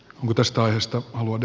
muutostoimista muun